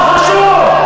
לא חשוב.